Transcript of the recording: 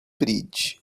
bridge